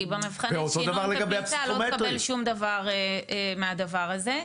כי במבחני שינון בכיתה לא תקבל שום דבר מהדבר הזה.